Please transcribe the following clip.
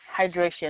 hydration